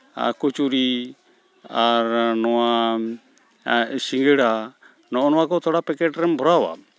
ᱠᱚᱪᱩᱨᱤ ᱟᱨ ᱱᱚᱣᱟ ᱥᱤᱸᱜᱟᱹᱲᱟ ᱱᱚᱜᱼᱚ ᱱᱚᱣᱟ ᱠᱚ ᱛᱷᱚᱲᱟ ᱯᱮᱠᱮᱴ ᱨᱮᱢ ᱵᱷᱚᱨᱟᱣᱟ